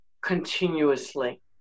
continuously